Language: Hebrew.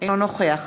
אינו נוכח